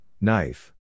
knife